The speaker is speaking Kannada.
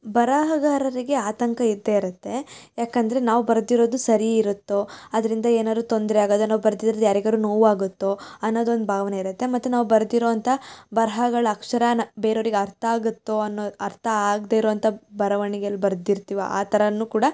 ಬರಹಗಾರರಿಗೆ ಆತಂಕ ಇದ್ದೇ ಇರುತ್ತೆ ಯಾಕಂದರೆ ನಾವು ಬರೆದಿರೋದು ಸರಿ ಇರುತ್ತೋ ಅದರಿಂದ ಏನಾದ್ರು ತೊಂದರೆ ಆಗೋದು ಇಲ್ಲ ನಾವು ಬರ್ದಿರೋದ್ರಲ್ಲಿ ಯಾರಿಗಾದ್ರು ನೋವಾಗುತ್ತೋ ಅನ್ನೋದು ಒಂದು ಭಾವನೆ ಇರುತ್ತೆ ಮತ್ತು ನಾವು ಬರ್ದಿರೋವಂಥ ಬರಹಗಳ ಅಕ್ಷರಾನ ಬೇರೆಯವ್ರಿಗೆ ಅರ್ಥ ಆಗುತ್ತೋ ಅನ್ನೋ ಅರ್ಥ ಆಗದೇ ಇರೋವಂಥ ಬರವಣಿಗೆಯಲ್ಲಿ ಬರೆದಿರ್ತೀವೋ ಆ ಥರ ಕೂಡ